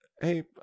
Hey